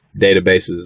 databases